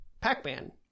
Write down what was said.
Pac-Man